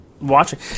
watching